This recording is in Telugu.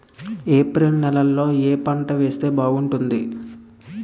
ఏప్రిల్ నెలలో ఏ పంట వేస్తే బాగుంటుంది?